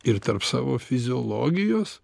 ir tarp savo fiziologijos